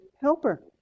helper